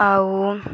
ଆଉ